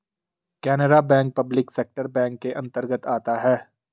Canara bank public sector bank के अंतर्गत आता है